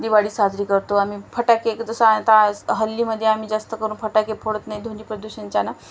दिवाळी साजरी करतो आम्ही फटाके जसं आता हल्लीमध्ये आम्ही जास्त करून फटाके फोडत नाही ध्वनी प्रदूषणच्यानं